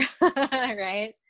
right